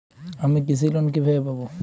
আমি কৃষি লোন কিভাবে পাবো?